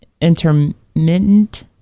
intermittent